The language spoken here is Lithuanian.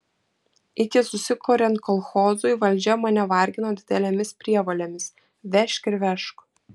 iki susikuriant kolchozui valdžia mane vargino didelėmis prievolėmis vežk ir vežk